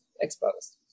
exposed